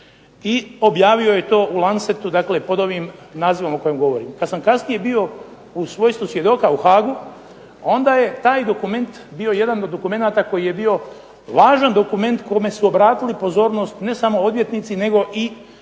i objavio je to u Lancetu pod ovim nazivom o kojem govorim. Kada sam kasnije bio u svojstvu svjedoka u Haagu, onda je taj dokument bio jedan od dokumenata koji je bio važan dokument kome su obratili pozornost ne samo odvjetnici nego i suci